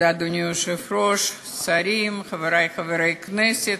אדוני היושב-ראש, תודה, שרים, חברי חברי הכנסת,